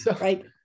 right